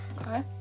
Okay